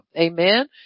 Amen